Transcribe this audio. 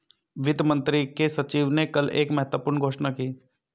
वित्त मंत्री के सचिव ने कल एक महत्वपूर्ण घोषणा की